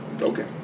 Okay